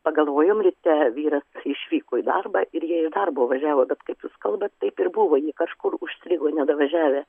pagalvojom ryte vyras išvyko į darbą ir jie iš darbo važiavo bet kaip jūs kalbat taip ir buvo jį kažkur užstrigo nedavažiavę